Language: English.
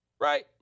right